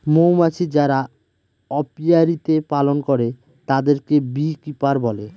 মৌমাছি যারা অপিয়ারীতে পালন করে তাদেরকে বী কিপার বলে